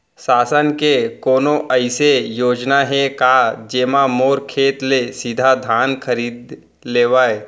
शासन के कोनो अइसे योजना हे का, जेमा मोर खेत ले सीधा धान खरीद लेवय?